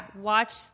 Watch